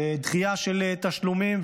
בדחייה של תשלומים,